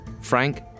Frank